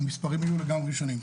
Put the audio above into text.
המספרים היו לגמרי שונים,